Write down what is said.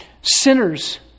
sinners